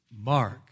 Mark